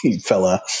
fella